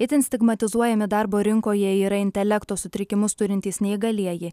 itin stigmatizuojami darbo rinkoje yra intelekto sutrikimus turintys neįgalieji